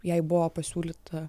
jai buvo pasiūlyta